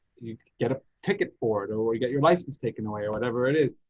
you get a ticket for it or you get your license taken away or whatever it is.